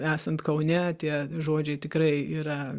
esant kaune tie žodžiai tikrai yra